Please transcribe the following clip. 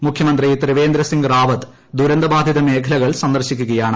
മുഖ്യമന്ത്രി ത്രിവേന്ദ്ര സിംഗ് റാവത്ത് ദുരന്തബാധിത മേഖലകൾ സന്ദർശിക്കുകയാണ്